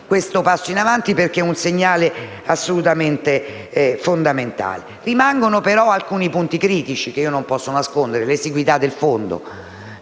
questo passo in avanti. È un segnale assolutamente fondamentale. Rimangono però alcuni punti critici che io non posso nascondere: penso all'esiguità del fondo.